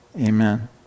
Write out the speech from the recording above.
amen